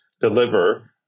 deliver